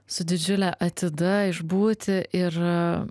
su didžiule atida išbūti ir